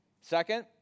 Second